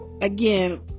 Again